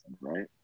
Right